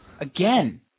again